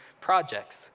projects